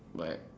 like